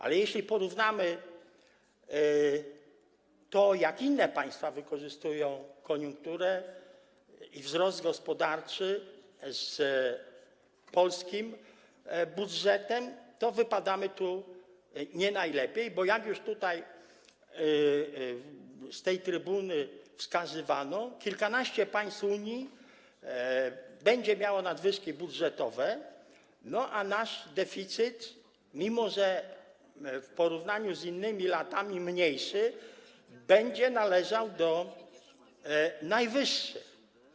Ale jeśli porównamy, jak inne państwa wykorzystują koniunkturę i wzrost gospodarczy, z tym, co zapisane jest w polskim budżecie, to wypadamy tu nie najlepiej, bo jak już z tej trybuny wskazywano, kilkanaście państw Unii będzie miało nadwyżki budżetowe, a nasz deficyt, mimo że w porównaniu z innymi latami mniejszy, będzie należał do najwyższych.